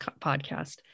podcast